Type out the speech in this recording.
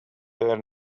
there